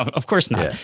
of course not.